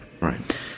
right